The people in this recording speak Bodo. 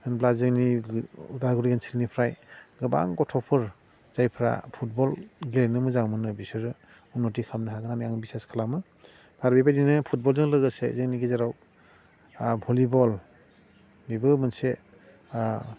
होनब्ला जोंनि उदालगुरि ओनसोलनिफ्राय गोबां गथ'फोर जायफ्रा फुटबल गेलेनो मोजां मोनो बिसोरो उन्नथि खालामनो हागोन होन्नानै आं बिसास खालामो आरो बेबादिनो फुटबलजों लोगोसे जोंनि गेजेराव भलिबल बेबो मोनसे